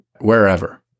wherever